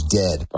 dead